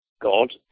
God